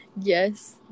Yes